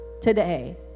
today